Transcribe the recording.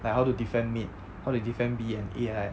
like how to defend mid how to defend B and A right